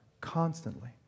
constantly